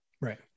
Right